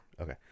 Okay